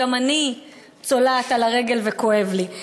גם אני צולעת על הרגל וכואב לי.